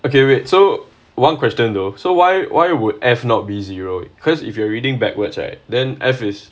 okay wait so one question though so why why would F not be zero because if you are reading backwards then F is